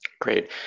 Great